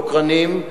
דוקרנים,